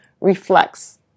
reflects